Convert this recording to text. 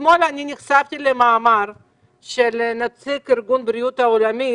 אתמול נחשפתי למאמר של נציג ארגון הבריאות העולמי